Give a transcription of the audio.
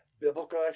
Biblical